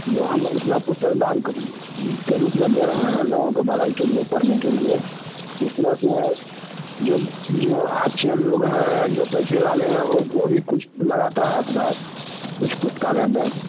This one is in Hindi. जो हम इतना पुस्तक दान के रूप में दे रहे हैं लोगों की भलाई के लिए पढ़ने के लिए इस तरह से जो जो अच्छे लोग हैं जो पैसे वाले हैं वो भी कुछ लगाता है अपना इस पुस्तकालय में